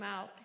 out